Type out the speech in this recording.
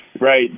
Right